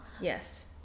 yes